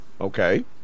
Okay